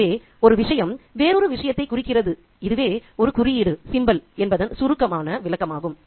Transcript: எனவே ஒரு விஷயம் வேறொரு விஷயத்தை குறிக்கிறது இதுவே ஒரு குறியீடு என்பதனை சுருக்கமான விளக்கமாகும்